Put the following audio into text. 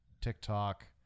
TikTok